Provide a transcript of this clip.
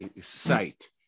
sight